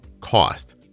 cost